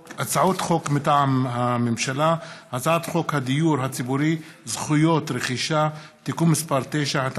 מטעם הממשלה: הצעת חוק הדיור הציבורי (זכויות רכישה) (תיקון מס' 9),